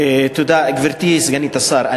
גברתי סגנית השר,